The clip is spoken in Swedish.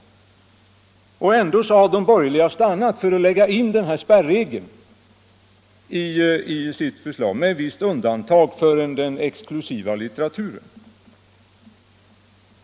Ändå har de borgerliga stannat för att lägga in den här spärregeln i sitt förslag — med ett visst undantag för den exklusiva litteraturen.